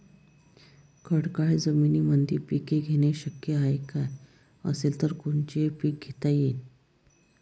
खडकाळ जमीनीमंदी पिके घेणे शक्य हाये का? असेल तर कोनचे पीक घेता येईन?